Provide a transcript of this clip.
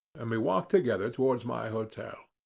and we walked together towards my hotel.